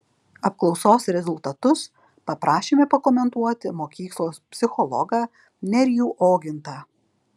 apklausos rezultatus paprašėme pakomentuoti mokyklos psichologą nerijų ogintą